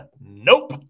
Nope